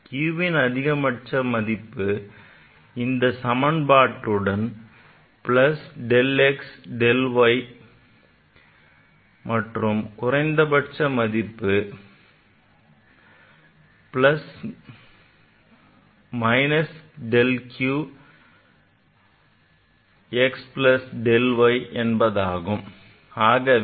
qன் அதிகபட்ச மதிப்பு இந்த சமன்பாட்டுடன் plus del x plus del y right மற்றும் qன் குறைந்தபட்ச மதிப்பு இந்த சமன்பாட்டுடன் plus this minus of q del x plus del y கிடைப்பதாகும்